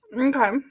okay